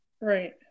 Right